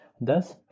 thus